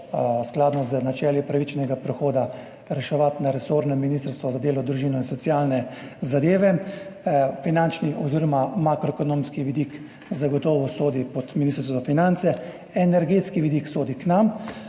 skladno z načeli pravičnega prehoda reševati na resornem Ministrstvu za delo, družino, socialne zadeve in enake možnosti. Finančni oziroma makroekonomski vidik zagotovo sodi pod Ministrstvo za finance, energetski vidik sodi k nam,